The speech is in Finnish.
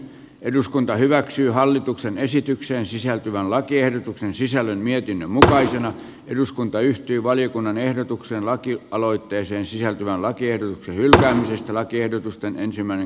eduskunta hyväksyy hallituksen esitykseen sisältyvän lakiehdotuksen sisällön mietinnön mukaisena eduskunta yhtyi valiokunnan ehdotuksen laatija aloitteeseen sisältyvää eteenpäin pienten ihmisten asioita